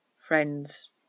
friends